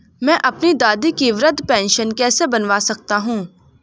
मैं अपनी दादी की वृद्ध पेंशन कैसे बनवा सकता हूँ?